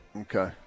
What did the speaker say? Okay